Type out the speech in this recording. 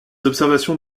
observations